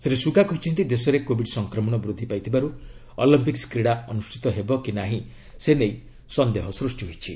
Shri Suga କହିଛନ୍ତି ଦେଶରେ Covid ସଂକ୍ରମଣ ବୃଦ୍ଧି ପାଇଥିବାରୁ ଅଲମ୍ପିକ୍ସ କ୍ରୀଡ଼ା ଅନୁଷ୍ଠିତ ହେବ କି ନାହିଁ ସେ ନେଇ ସନ୍ଦେହ ସୃଷ୍ଟି ହୋଇଛି